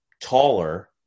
taller